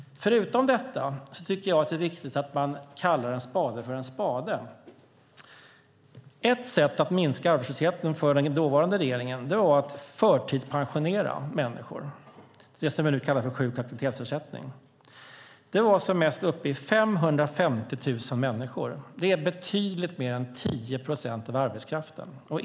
Förutom detta tycker jag att det är viktigt att man kallar en spade för en spade. Ett sätt för den dåvarande regeringen att minska arbetslösheten var att förtidspensionera människor. Det är det vi nu kallar sjuk och aktivitetsersättning. Det var som mest uppe i 550 000 människor, vilket är betydligt mer än 10 procent av arbetskraften.